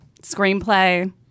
screenplay